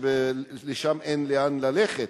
שמשם אין לאן ללכת,